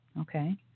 Okay